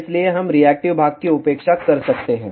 इसलिए हम रिएक्टिव भाग की उपेक्षा कर सकते हैं